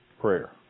prayer